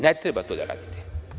Ne treba to da radite.